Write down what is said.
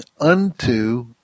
unto